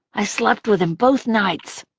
i slept with him both nights.